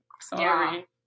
sorry